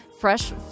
fresh